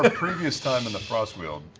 but previous time in the frostweald,